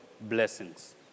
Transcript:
blessings